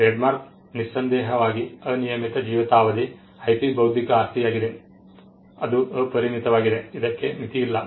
trademark ನಿಸ್ಸಂದೇಹವಾಗಿ ಅನಿಯಮಿತ ಜೀವಿತಾವಧಿ IP ಬೌದ್ಧಿಕ ಆಸ್ತಿಯಾಗಿದೆ ಅದು ಅಪರಿಮಿತವಾಗಿದೆ ಇದಕ್ಕೆ ಮಿತಿಯಿಲ್ಲ